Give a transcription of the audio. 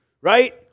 Right